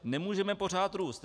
Nemůžeme pořád růst.